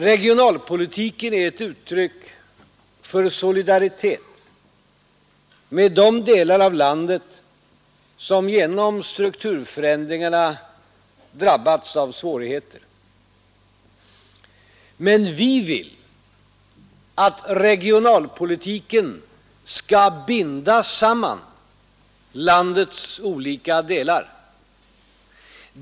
Regionalpolitiken är ett uttryck för solidaritet med de delar av landet som genom strukturförändringarna drabbats av svårigheter. Men vi vill att regionalpolitiken skall binda samman landets olika delar.